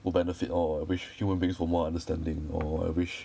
will benefit orh I wish human beings were more understanding or I wish